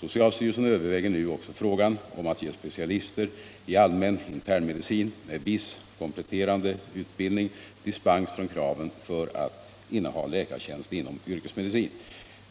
Socialstyrelsen överväger nu också frågan om att ge specialister i allmän internmedicin med viss kompletterande utbildning dispens från kraven för att inneha läkartjänst inom yrkesmedicin.